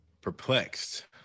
perplexed